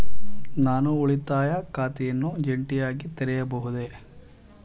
ನಾನು ಉಳಿತಾಯ ಖಾತೆಯನ್ನು ಜಂಟಿಯಾಗಿ ತೆರೆಯಬಹುದೇ?